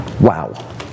Wow